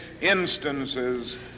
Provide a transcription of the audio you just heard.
instances